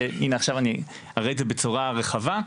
אני אראה את זה בצורה רחבה.